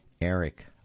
Eric